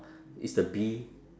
is the bee